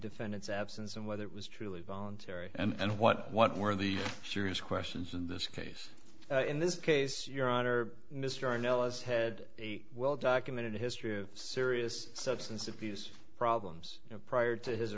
defendant's absence and whether it was truly voluntary and what what were the serious questions in this case in this case your honor mr nel is head a well documented history of serious substance abuse problems prior to his